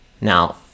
Now